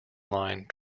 line